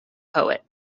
poet